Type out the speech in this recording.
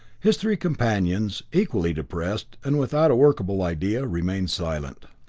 his three companions, equally depressed and without a workable idea, remained silent.